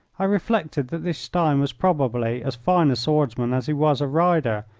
i reflected that this stein was probably as fine a swordsman as he was a rider,